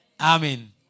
Amen